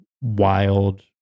wild